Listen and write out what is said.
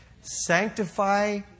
Sanctify